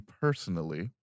personally